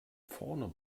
vorn